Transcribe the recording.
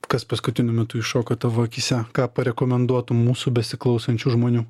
kas paskutiniu metu iššoka tavo akyse ką parekomenduotum mūsų besiklausančių žmonių